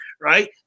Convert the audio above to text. right